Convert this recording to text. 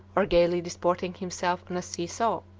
or gayly disporting himself on a see-saw?